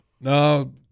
No